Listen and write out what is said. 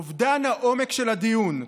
אובדן העומק של הדיון,